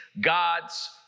God's